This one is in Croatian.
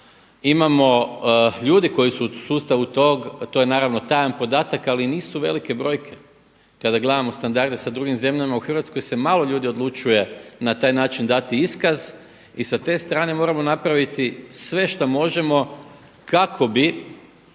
imamo ljudi koji su u sustavu tog, to je naravno tajan podatak, ali nisu velike brojke kada gledamo standarde sa drugim zemljama u Hrvatskoj se malo ljudi odlučuje na taj način dati iskaz. I sa te strane moramo napraviti sve što možemo kako bi